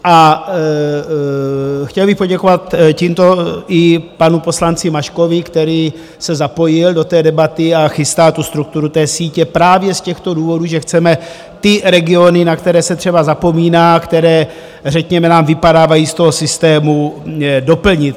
A chtěl bych poděkovat tímto i panu poslanci Maškovi, který se zapojil do debaty a chystá strukturu té sítě právě z těchto důvodů, že chceme ty regiony, na které se třeba zapomíná, které řekněme nám vypadávají z toho systému, doplnit.